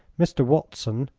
mr. watson,